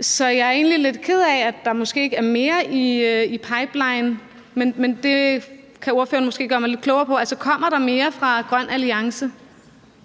så jeg er egentlig lidt ked af, at der måske ikke er mere i pipelinen, men det kan ordføreren måske gøre mig lidt klogere på. Altså, kommer der mere fra grøn alliance?